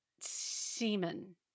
semen